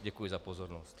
Děkuji za pozornost.